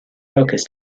focus